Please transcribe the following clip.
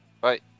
bye